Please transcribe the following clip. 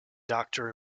doctor